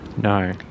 No